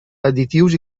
additius